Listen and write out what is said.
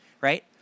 right